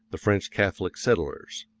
the french catholic settlers.